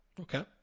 Okay